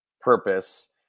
purpose